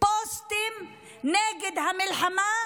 פוסטים נגד המלחמה,